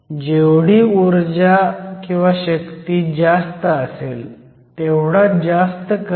जेवढी जास्त ऊर्जाशक्ती तेवढा जास्त करंट